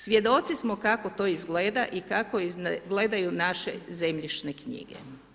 Svjedoci smo kako to izgleda i kako izgledaju naše zemljišne knjige.